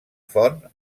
font